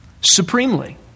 supremely